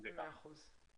מאה אחוז,